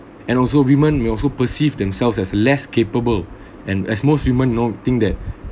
and also women may also perceive themselves as less capable and as most women you know think that